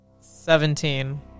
Seventeen